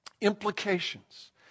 Implications